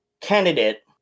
candidate